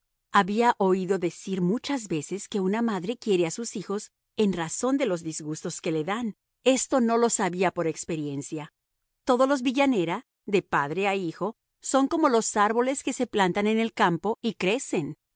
había oído decir muchas veces que una madre quiere a sus hijos en razón de los disgustos que le dan esto no lo sabía por experiencia todos los villanera de padre a hijo son como los árboles que se plantan en el campo y crecen